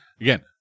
again